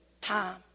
time